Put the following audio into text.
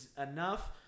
enough